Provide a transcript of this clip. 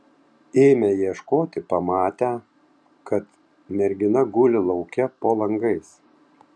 ėmę ieškoti pamatę kad mergina guli lauke po langais